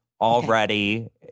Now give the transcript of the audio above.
Already